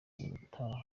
ubutaha